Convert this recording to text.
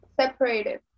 separated